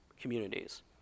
communities